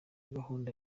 gahunda